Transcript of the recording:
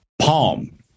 Palm